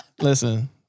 Listen